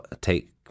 take